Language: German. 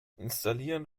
installieren